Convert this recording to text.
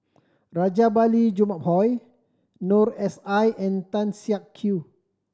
Rajabali Jumabhoy Noor S I and Tan Siak Kew